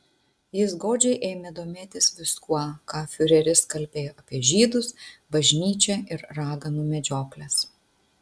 jis godžiai ėmė domėtis viskuo ką fiureris kalbėjo apie žydus bažnyčią ir raganų medžiokles